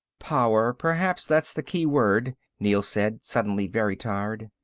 power, perhaps that's the key word, neel said, suddenly very tired.